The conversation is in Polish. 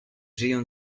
żyją